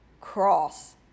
cross